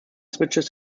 switches